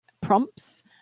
prompts